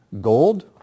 gold